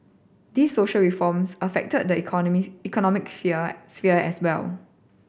these social reforms affected the economy economic fear sphere as well